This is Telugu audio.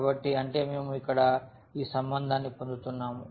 కాబట్టి అంటే మేము ఇక్కడ ఈ సంబంధాన్ని పొందుతున్నాము